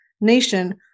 nation